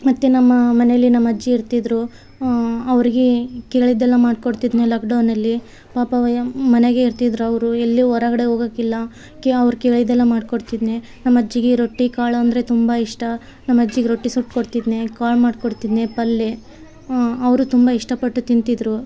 ಮತ್ತು ನಮ್ಮ ಮನೇಲಿ ನಮ್ಮ ಅಜ್ಜಿ ಇರ್ತಿದ್ರು ಅವ್ರಿಗೆ ಕೇಳಿದೆಲ್ಲ ಮಾಡ್ಕೊಡ್ತಿದ್ದೆ ಲಾಕ್ಡೌನ್ನಲ್ಲಿ ಪಾಪ ವಯಮ್ ಮನೇಲೆ ಇರ್ತಿದ್ರು ಅವರು ಎಲ್ಲಿಯು ಹೊರಗಡೆ ಹೋಗಾಕಿಲ್ಲ ಅದ್ಕೆ ಅವ್ರು ಕೇಳಿದೆಲ್ಲ ಮಾಡ್ಕೊಡ್ತಿದ್ದೆ ನಮ್ಮ ಅಜ್ಜಿಗೆ ರೊಟ್ಟಿ ಕಾಳು ಅಂದರೆ ತುಂಬ ಇಷ್ಟ ನಮ್ಮ ಅಜ್ಜಿಗೆ ರೊಟ್ಟಿ ಸುಟ್ಟು ಕೊಡ್ತಿದ್ದೆ ಕಾಳು ಮಾಡ್ಕೊಡ್ತಿದ್ದೆ ಪಲ್ಯ ಅವರು ತುಂಬ ಇಷ್ಟಪಟ್ಟು ತಿಂತಿದ್ರು